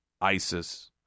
ISIS